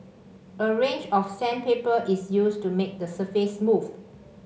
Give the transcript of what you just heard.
a range of sandpaper is used to make the surface smooth